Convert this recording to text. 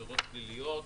עבירות פליליות,